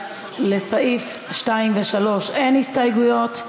לסעיפים 2 ו-3 אין הסתייגויות.